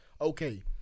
okay